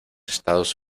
estados